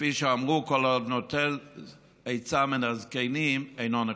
כפי שאמרו: כל הנוטל עצה מהזקנים, אינו נכשל.